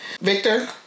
victor